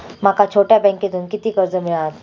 माका छोट्या बँकेतून किती कर्ज मिळात?